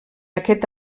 aquest